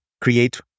create